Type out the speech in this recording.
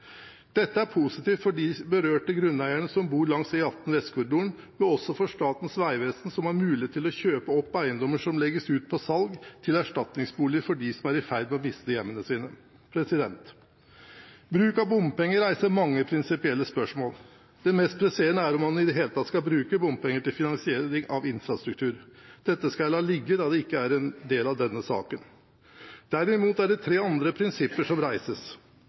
Dette er positivt for de berørte grunneierne som bor langs E18 Vestkorridoren – men også for Statens vegvesen, som har mulighet til å kjøpe opp eiendommer som legges ut på salg, til erstatningsboliger for dem som er i ferd med å miste hjemmene sine. Bruk av bompenger reiser mange prinsipielle spørsmål. Det mest presserende er om man i det hele tatt skal bruke bompenger til finansiering av infrastruktur. Dette skal jeg la ligge, da det ikke er en del av denne saken. Derimot er det tre andre prinsipper som reises.